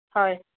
হয়